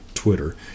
Twitter